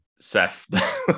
Seth